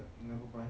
no